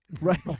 right